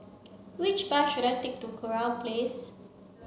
which bus should I take to Kurau Place